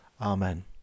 Amen